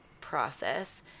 process